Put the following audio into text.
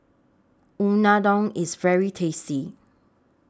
Unadon IS very tasty